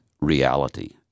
reality